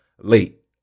late